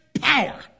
power